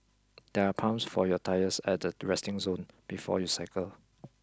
there are pumps for your tyres at the resting zone before you cycle